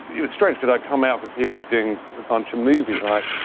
it was strange cause i'd come out of a period of doing a bunch of movies like,